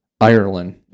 Ireland